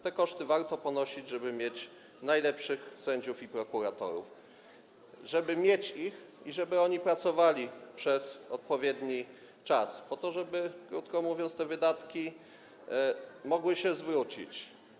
Te koszty warto ponosić, żeby mieć najlepszych sędziów i prokuratorów, żeby mieć ich i żeby oni pracowali przez odpowiedni czas po to, żeby, krótko mówiąc, te wydatki mogły się zwrócić.